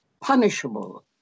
punishable